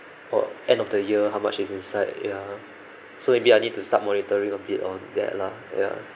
or end of the year how much is inside ya so maybe I need to start monitoring a bit on that lah ya